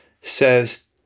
says